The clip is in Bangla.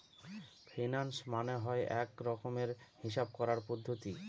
ফিন্যান্স মানে হয় এক রকমের হিসাব করার পদ্ধতি